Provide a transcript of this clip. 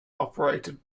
operated